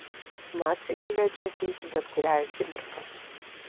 naciai galėjo čia ateiti bet kurią akimirką